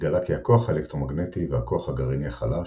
התגלה כי הכוח האלקטרומגנטי והכוח הגרעיני החלש,